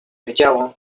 wiedziało